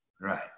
Right